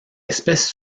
espèce